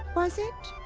was it?